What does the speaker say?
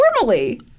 normally